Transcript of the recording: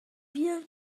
wir